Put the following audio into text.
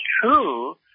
true